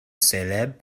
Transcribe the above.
célèbre